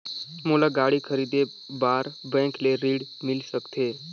मोला गाड़ी खरीदे बार बैंक ले ऋण मिल सकथे?